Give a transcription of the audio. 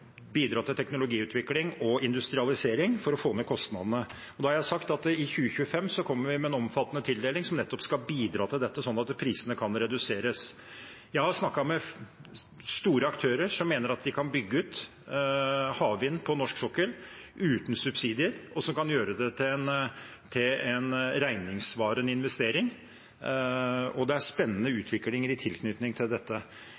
bidra til teknologiutvikling og industrialisering for å få ned kostnadene. Da har jeg sagt at i 2025 kommer vi med en omfattende tildeling som nettopp skal bidra til dette, sånn at prisene kan reduseres. Jeg har snakket med store aktører som mener at de kan bygge ut havvind på norsk sokkel uten subsidier, og som kan gjøre det til en regningssvarende investering. Det er en spennende utvikling i tilknytning til dette.